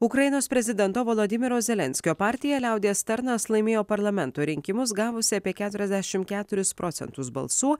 ukrainos prezidento volodymyro zelenskio partija liaudies tarnas laimėjo parlamento rinkimus gavusi apie keturiasdešim keturis procentus balsų